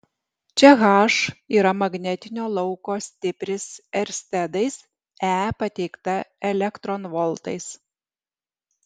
čia h yra magnetinio lauko stipris erstedais e pateikta elektronvoltais